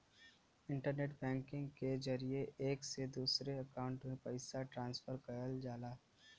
internet banking के जरिये एक से दूसरे अकांउट में पइसा ट्रांसफर करल जाला